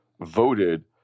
voted